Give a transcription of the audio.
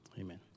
Amen